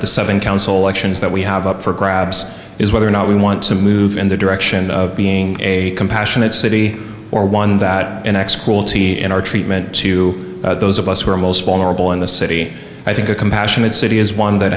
seven council elections that we have up for grabs is whether or not we want to move in the direction of being a compassionate city or one that the next cruelty in our treatment to those of us who are most vulnerable in the city i think a compassionate city is one that